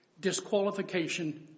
disqualification